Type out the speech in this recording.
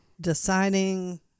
deciding